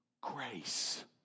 grace